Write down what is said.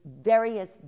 various